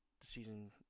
season